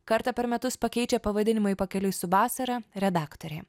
kartą per metus pakeičia pavadinimą į pakeliui su vasara redaktorė